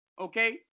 okay